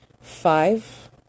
five